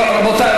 רבותי,